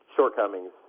shortcomings